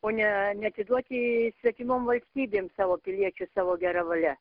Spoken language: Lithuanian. o ne neatiduoti svetimom valstybėm savo piliečius savo gera valia